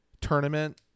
tournament